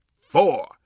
four